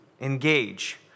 engage